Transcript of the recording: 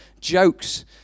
jokes